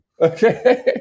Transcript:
Okay